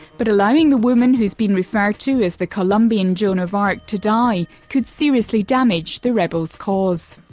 but allowing the woman who's been referred to as the colombian joan of arc to die could seriously damage the rebels' cause.